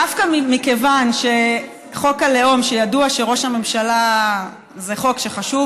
דווקא מכיוון שידוע שחוק הלאום זה חוק שחשוב